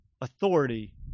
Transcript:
authority